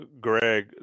Greg